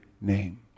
name